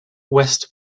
west